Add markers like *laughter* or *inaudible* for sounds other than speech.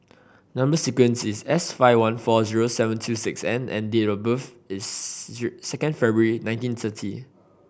number sequence is S five one four zero seven two six N and date of birth is *unintelligible* second February nineteen thirty